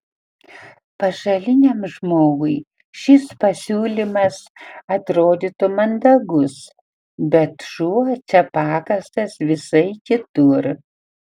pašaliniam žmogui šis pasiūlymas atrodytų mandagus bet šuo čia pakastas visai kitur